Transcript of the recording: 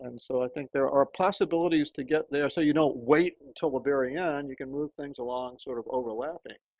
um so, i think there are possibilities to get there so you don't wait until the very end, you can move things along sort of overlapping.